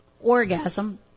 orgasm